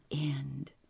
end